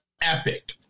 epic